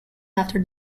after